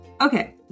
Okay